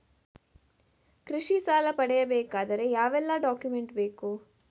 ಕೃಷಿ ಸಾಲ ಪಡೆಯಬೇಕಾದರೆ ಯಾವೆಲ್ಲ ಡಾಕ್ಯುಮೆಂಟ್ ಬೇಕು?